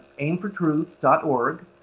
aimfortruth.org